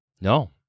No